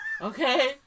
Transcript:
Okay